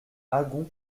agon